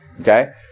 Okay